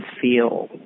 feel